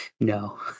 no